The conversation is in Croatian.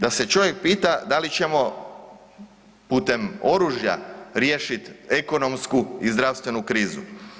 Da se čovjek pita da li ćemo putem oružja riješiti ekonomsku i zdravstvenu krizu.